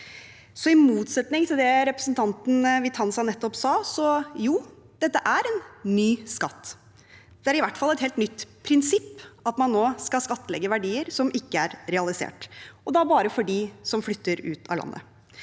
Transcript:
I motsetning til det representanten Vitanza nettopp sa, er dette en ny skatt. Det er i hvert fall et helt nytt prinsipp at man nå skal skattlegge verdier som ikke er realisert, og da bare for dem som flytter ut av landet.